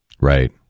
Right